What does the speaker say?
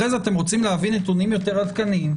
אחרי זה אתם רוצים להביא נתונים יותר עדכניים?